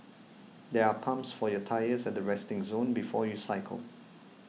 there are pumps for your tyres at the resting zone before you cycle